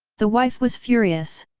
the wife was furious.